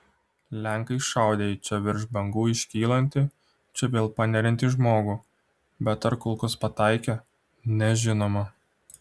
lenkai šaudę į čia virš bangų iškylantį čia vėl paneriantį žmogų bet ar kulkos pataikė nežinoma